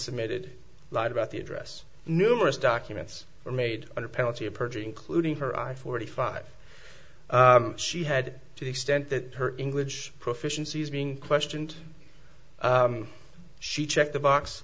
submitted lied about the address numerous documents are made under penalty of perjury including her i forty five she had to the extent that her english proficiency is being questioned she checked the box